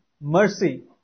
mercy